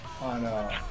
on